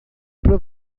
para